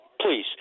Please